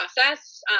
process